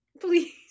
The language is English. Please